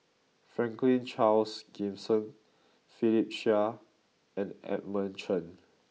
Franklin Charles Gimson Philip Chia and Edmund Chen